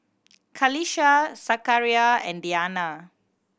Qalisha Zakaria and Diyana